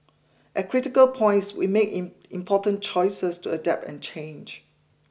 at critical points we made in important choices to adapt and change